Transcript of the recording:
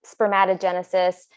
spermatogenesis